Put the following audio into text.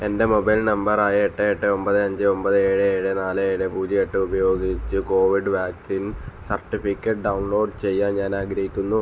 എൻ്റെ mobile number ആയ എട്ട് എട്ട് ഒമ്പത് അഞ്ച് ഒമ്പത് ഏഴ് ഏഴ് നാല് ഏഴ് പൂജ്യം എട്ട് ഉപയോഗിച്ച് കോവിഡ് വാക്സിൻ സർട്ടിഫിക്കറ്റ് ഡൗൺലോഡ് ചെയ്യാൻ ഞാൻ ആഗ്രഹിക്കുന്നു